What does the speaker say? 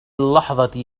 اللحظة